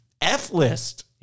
F-list